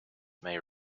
may